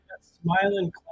smiling